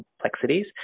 complexities